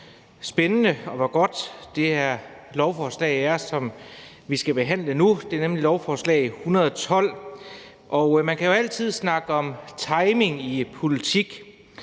spændende og hvor godt det her lovforslag, som vi skal behandle nu, er. Det er nemlig lovforslag L 112, og man kan jo altid snakke om timing i politik,